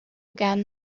again